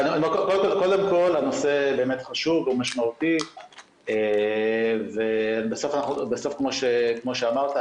קודם כל הנושא באמת חשוב ומשמעותי ובסוף כפי שאמרת,